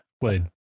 played